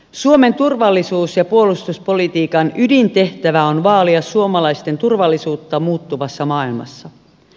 suomen turvallisuus ja puolustuspolitiikan ydintehtävä on vaalia suomalaisten turvallisuutta muuttuvassa maailmassa